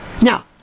Now